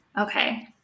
Okay